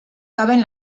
caben